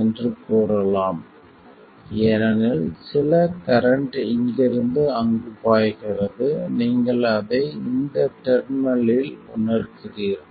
என்று கூறலாம் ஏனெனில் சில கரண்ட் இங்கிருந்து அங்கு பாய்கிறது நீங்கள் அதை இந்த டெர்மினலில் உணர்கிறீர்கள்